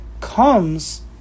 comes